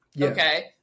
Okay